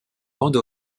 bande